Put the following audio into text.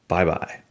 Bye-bye